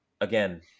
again